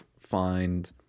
find